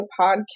podcast